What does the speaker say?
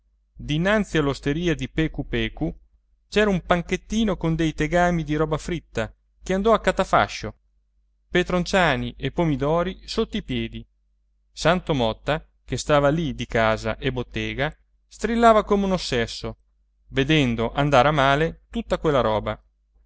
dinanzi all'osteria di pecu pecu c'era un panchettino con dei tegami di roba fritta che andò a catafascio petronciani e pomidoro sotto i piedi santo motta che stava lì di casa e bottega strillava come un ossesso vedendo andare a male tutta quella roba